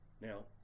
now